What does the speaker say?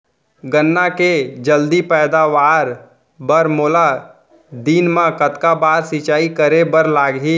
गन्ना के जलदी पैदावार बर, मोला दिन मा कतका बार सिंचाई करे बर लागही?